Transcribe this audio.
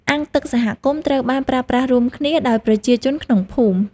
អាងទឹកសហគមន៍ត្រូវបានប្រើប្រាស់រួមគ្នាដោយប្រជាជនក្នុងភូមិ។